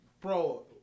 bro